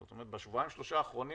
זאת אומרת, בשבועיים-שלושה האחרונים